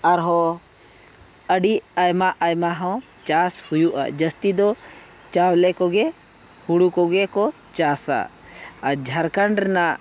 ᱟᱨᱦᱚᱸ ᱟᱹᱰᱤ ᱟᱭᱢᱟᱼᱟᱭᱢᱟ ᱦᱚᱸ ᱪᱟᱥ ᱦᱩᱭᱩᱜᱼᱟ ᱡᱟᱹᱥᱛᱤ ᱫᱚ ᱪᱟᱣᱞᱮ ᱠᱚᱜᱮ ᱦᱳᱲᱳ ᱠᱚᱜᱮ ᱠᱚ ᱪᱟᱥᱟ ᱟᱨ ᱡᱷᱟᱲᱠᱷᱚᱸᱰ ᱨᱮᱱᱟᱜ